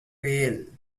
pale